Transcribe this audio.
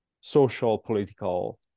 social-political